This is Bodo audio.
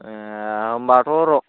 होनबाथ' र'